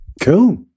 Cool